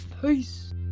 Peace